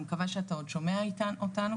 אני מקווה שאתה עוד שומע אותנו,